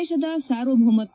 ದೇಶದ ಸಾರ್ವಭೌಮತ್ತ